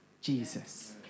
Jesus